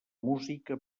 música